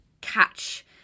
catch